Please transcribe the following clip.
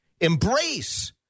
Embrace